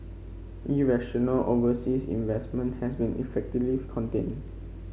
irrational overseas investment has been effectively contained